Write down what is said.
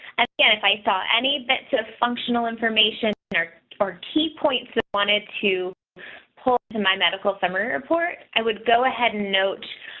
again, if i saw any bits of functional information and or or key points that wanted to pull to my medical summary report, i would go ahead and note,